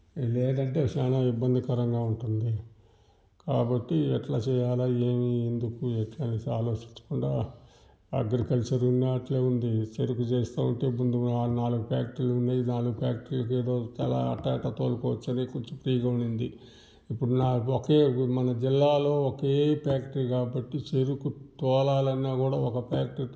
లేదంటే చాలా ఇబ్బందికరంగా ఉంటుంది కాబట్టి ఎట్ల చేయాల ఏమీ ఎందుకు ఎట్ల అని ఆలోచించకుండా అగ్రికల్చరల్ ఉన్న అట్లే ఉంది చెరుకు చేస్తా ఉంటే ముందు నాలుగు ఫ్యాక్టరీలు ఉండేవి నాలుగు ఫ్యాక్టరీలకి ఏదో తలా అట్లా ఇట్లా తోలుకోవచ్చని కొంచం ఫ్రీగా ఉన్నింది ఇప్పుడు నాకు ఒకే మన జిల్లాలో ఒకే ఫ్యాక్టరీ కాబట్టి చెరుకు తోలాలి అనకూడా ఒక ఫ్యాక్టరీ